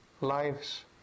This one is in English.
lives